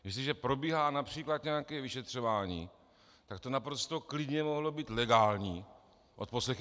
Jestliže probíhá například nějaké vyšetřování, tak to naprosto klidně mohly být legální odposlechy.